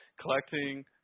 collecting